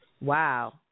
Wow